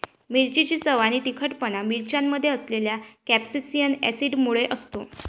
मिरचीची चव आणि तिखटपणा मिरच्यांमध्ये असलेल्या कॅप्सेसिन ऍसिडमुळे असतो